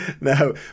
No